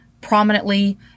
prominently